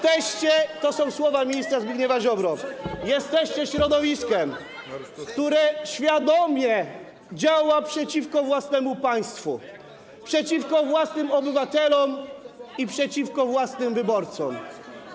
To są słowa ministra Zbigniewa Ziobry: Jesteście środowiskiem, które świadomie działa przeciwko własnemu państwu, przeciwko własnym obywatelom i przeciwko własnym wyborcom.